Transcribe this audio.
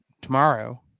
tomorrow